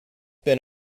been